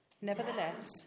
Nevertheless